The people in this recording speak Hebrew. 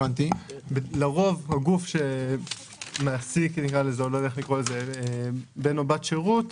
לרוב הגוף שמעסיק בן או בת שירות,